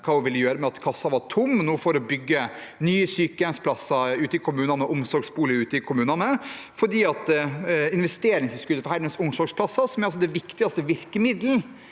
hva hun ville gjøre med at kassen nå er tom for å bygge nye sykehjemsplasser og omsorgsboliger ute i kommunene. Investeringstilskuddet til heldøgns omsorgsplasser, som er det viktigste virkemiddelet